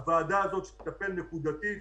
הוועדה הזאת שתטפל נקודתית